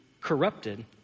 corrupted